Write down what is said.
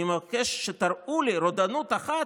אני מבקש שתראו לי רודנות אחת,